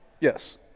Yes